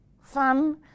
Fun